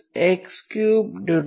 4 x32